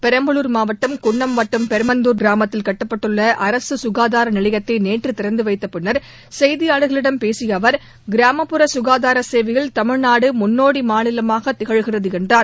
பெரம்பலூர் மாவட்டம் குன்னம்வட்டம் பெருமந்தூர் கிராமத்தில் கட்டப்பட்டுள்ள அரசு ஆரம்ப சுகாதார நிலையத்தை நேற்று திறந்து வைத்த பின்னர் செய்தியாளர்களிடம் பேசிய அவர் கிராமப்புற சுகாதார சேவையில் தமிழ்நாடு முன்னோடி மாநிலமாக திகழ்கிறது என்றார்